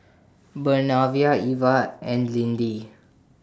Bernardine Iva and Lindy